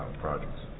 projects